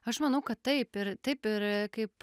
aš manau kad taip ir taip ir kaip